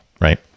right